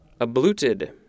abluted